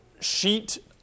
sheet